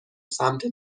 سمت